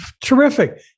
terrific